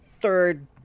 third